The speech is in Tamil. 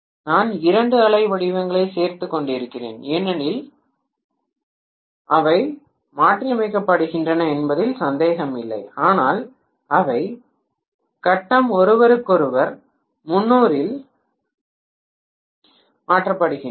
நான் இரண்டு அலை வடிவங்களைச் சேர்த்துக் கொண்டிருக்கிறேன் ஏனெனில் அவை மாற்றியமைக்கப்படுகின்றன என்பதில் சந்தேகம் இல்லை ஆனால் அவை கட்டம் ஒருவருக்கொருவர் 300 ஆல் மாற்றப்படுகின்றன